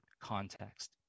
context